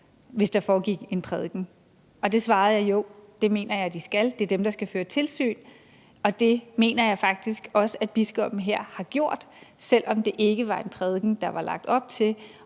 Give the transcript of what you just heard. hvis der holdes en prædiken. Og jeg svarede, at jo, det mener jeg de skal. Det er dem, der skal føre tilsyn. Det mener jeg faktisk også biskoppen her har gjort, selv om det ikke var en prædiken, der var lagt op til,